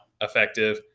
effective